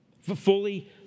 fully